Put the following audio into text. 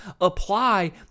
apply